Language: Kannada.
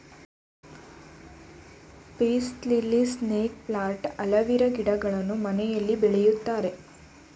piece lily, snake plant, aloe vera ಗಿಡಗಳನ್ನು ಮನೆಯಲ್ಲಿ ಬೆಳಿತಾರೆ